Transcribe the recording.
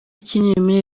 kinini